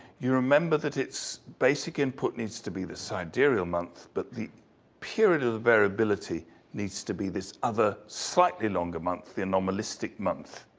you remember that its basic input needs to be the sidereal month, but the period of variability needs to be this other slightly longer month, the anomalistic month.